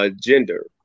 gender